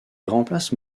remplace